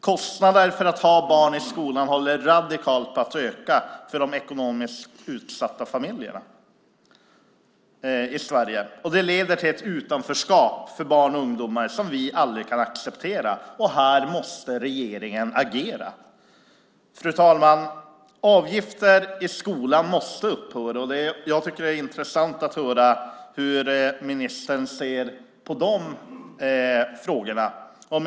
Kostnaderna för att ha barn i skolan håller radikalt på att öka för de ekonomiskt utsatta familjerna i Sverige. Det leder till ett utanförskap för barn och ungdomar som vi aldrig kan acceptera. Här måste regeringen agera. Fru talman! Avgifter i skolan måste upphöra. Jag tycker att det skulle vara intressant att höra hur ministern ser på de frågorna.